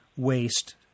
waste